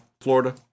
Florida